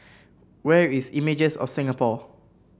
where is Images of Singapore